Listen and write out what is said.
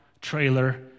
trailer